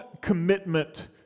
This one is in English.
commitment